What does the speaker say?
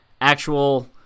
actual